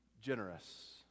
generous